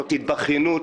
זאת התבכיינות,